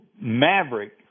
Maverick